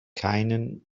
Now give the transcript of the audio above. keinen